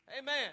Amen